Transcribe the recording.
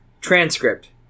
Transcript